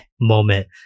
moment